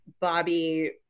Bobby